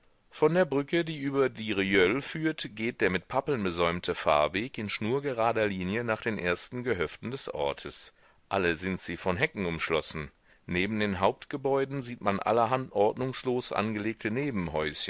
von der brücke die über die rieule führt geht der mit pappeln besäumte fahrweg in schnurgerader linie nach den ersten gehöften des ortes alle sind sie von hecken umschlossen neben den hauptgebäuden sieht man allerhand ordnungslos angelegte